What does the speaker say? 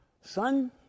Son